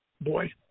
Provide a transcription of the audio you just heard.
boy